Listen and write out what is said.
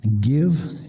give